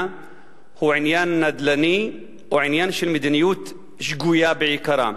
הוא עניין נדל"ני או עניין של מדיניות שגויה בעיקרה?